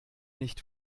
nicht